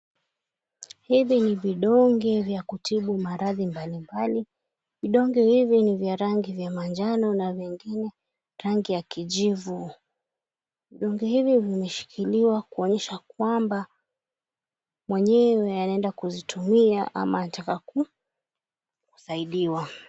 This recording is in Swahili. Hivi ni vidonge vya kutibu maradhi mbalimbali. Vidonge hivi ni vya rangi vya manjano na vingine rangi ya kijivu. Vidonge hivi vimeshikiliwa kuonyesha kwamba mwenyewe anaenda kuzitumia ama anataka kusaidiwa.